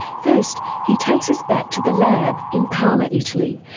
first he takes us back to the lab in parma italy,